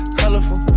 colorful